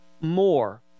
more